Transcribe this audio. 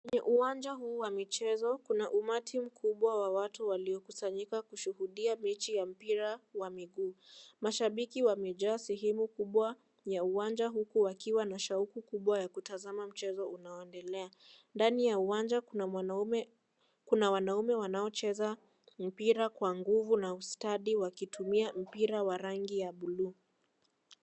Uwanja huu wa michezo kuna umati mkubwa wa watu waliokusanyika kushuhudia mechi ya mpira wa miguu. Mashabiki wamejaa sehemu kubwa ya uwanja huku wakiwa na shauku kubwa ya kutazama mchezo unaoendelea. Ndani ya uwanja kuna wanaume wanaocheza mpira kwa nguvu na ustadi wakitumia mpira wa rangi ya buluu.